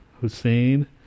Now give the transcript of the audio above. Hussein